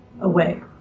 away